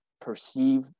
perceive